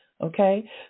okay